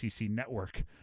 network